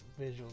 visuals